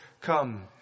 come